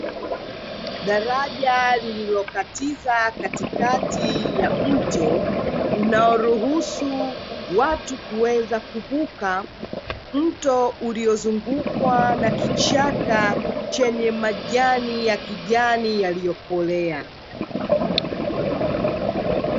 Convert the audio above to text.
Daraja lililokatiza katikati ya mto, unaoruhusu watu kuweza kuvuka, mto uliozungukwa na kichaka chenye majani ya kijani yaliyo kolea.